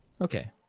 Okay